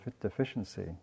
deficiency